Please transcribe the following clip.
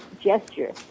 gesture